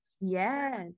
yes